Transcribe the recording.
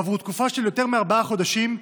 עבור תקופה של יותר מארבעה חודשים,